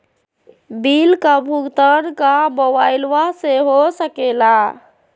Bill का भुगतान का मोबाइलवा से हो सके ला?